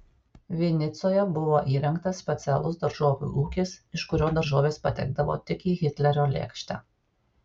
vinicoje buvo įrengtas specialus daržovių ūkis iš kurio daržovės patekdavo tik į hitlerio lėkštę